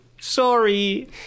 Sorry